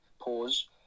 pause